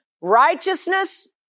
righteousness